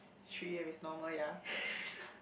she if it's normal yea